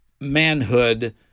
manhood